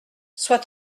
sois